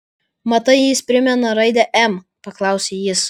matai jis primena raidę m paklausė jis